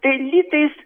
tai litais